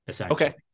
okay